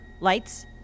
lights